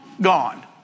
gone